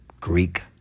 Greek